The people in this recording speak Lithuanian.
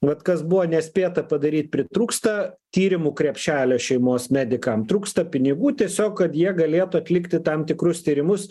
vat kas buvo nespėta padaryt pritrūksta tyrimų krepšelio šeimos medikam trūksta pinigų tiesiog kad jie galėtų atlikti tam tikrus tyrimus